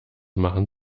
machen